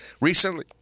recently